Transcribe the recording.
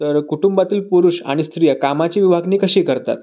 तर कुटुंबातील पुरुष आणि स्त्रिया कामाची विभागणी कशी करतात